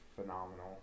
phenomenal